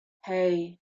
hey